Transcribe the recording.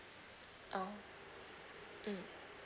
oh mm